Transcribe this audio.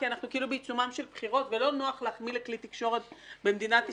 כי אנחנו בעיצומן של בחירות ולא נוח להחמיא לכלי תקשורת במדינת ישראל,